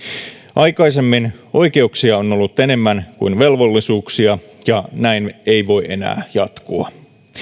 aikaisemmin oikeuksia on ollut enemmän kuin velvollisuuksia ja näin ei voi enää jatkua